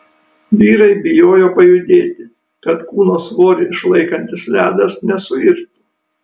vyrai bijojo pajudėti kad kūno svorį išlaikantis ledas nesuirtų